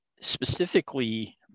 specifically